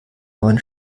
neuen